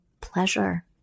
pleasure